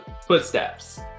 footsteps